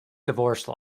divorce